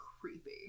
creepy